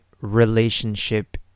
relationship